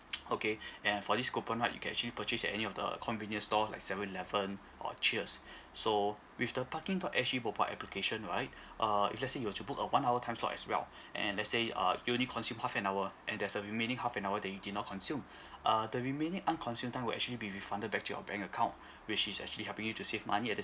okay and for this coupon right you can actually purchase at any of the convenience stores like seven eleven or cheers so with the parking dot S G mobile application right uh if let's say you were to book a one hour time slot as well and let's say uh you only consume half an hour and there's a remaining half an hour that you did not consume uh the remaining unconsumed time will actually be refunded back to your bank account which is actually helping you to save money at the